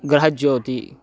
गृहज्योतिः